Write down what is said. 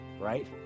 Right